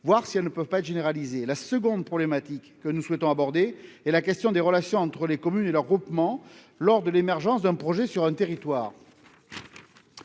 voir si elles ne peuvent pas être généralisées. La deuxième problématique que nous souhaitons aborder concerne les relations entre les communes et leurs groupements lors de l'émergence d'un projet sur un territoire.